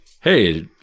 hey